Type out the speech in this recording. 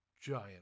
giant